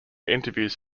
interviews